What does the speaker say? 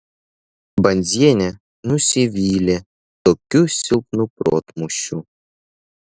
banzienė nusivylė tokiu silpnu protmūšiu